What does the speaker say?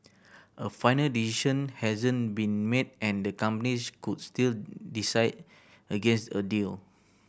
a final decision hasn't been made and the companies could still decide against a deal